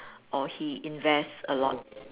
or he invests a lot